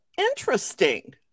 interesting